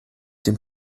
dem